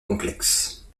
complexe